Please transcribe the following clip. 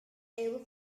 able